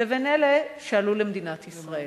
לבין אלה שעלו למדינת ישראל,